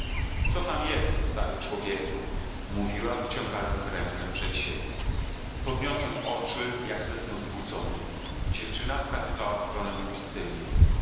co tam jest stary człowieku mówiła wyciągając rękę przed siebie podniosłem oczy jak ze snu zbudzony dziewczyna wskazywała w stronę pustyni